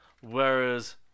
whereas